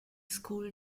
school